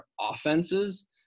offenses